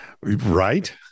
Right